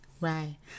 Right